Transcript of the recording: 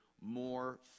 more